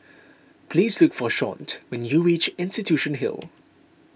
please look for Shawnte when you reach Institution Hill